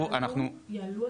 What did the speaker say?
יעלו?